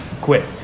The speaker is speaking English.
quit